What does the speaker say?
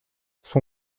son